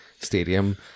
stadium